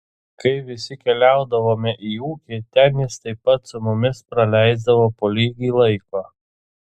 kai visi keliaudavome į ūkį ten jis taip pat su mumis praleisdavo po lygiai laiko